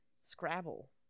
Scrabble